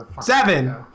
Seven